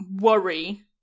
worry